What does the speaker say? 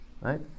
Right